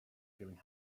feeling